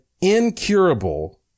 incurable